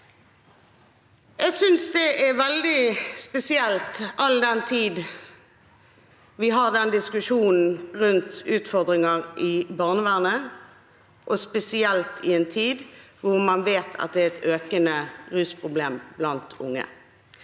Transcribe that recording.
Jeg synes det er veldig spesielt, all den tid vi har den diskusjonen rundt utfordringer i barnevernet, og spesielt i en tid da man vet at det er et økende rusproblem blant unge.